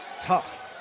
tough